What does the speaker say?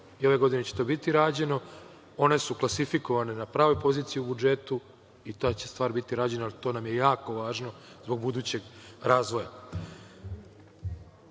i ove godine će to biti rađeno. One su klasifikovane na pravoj poziciji u budžetu i ta će stvar biti rađena, jer to nam je jako važno zbog budućeg razvoja. Što